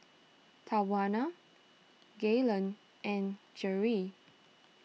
Tawana Galen and Geri